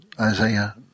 Isaiah